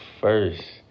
first